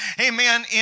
amen